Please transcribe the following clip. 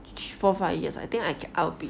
ch~ four five years I think I ca~ I will be